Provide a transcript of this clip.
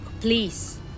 please